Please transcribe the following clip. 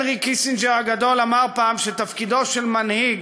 הנרי קיסינג'ר הגדול אמר פעם, שתפקידו של מנהיג